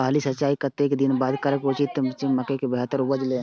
पहिल सिंचाई कतेक दिन बाद करब उचित छे मके के बेहतर उपज लेल?